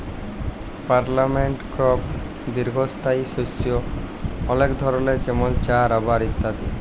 permanent crop বা দীঘ্ঘস্থায়ী শস্য অলেক ধরলের যেমল চাঁ, রাবার ইত্যাদি